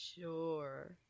Sure